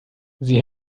sie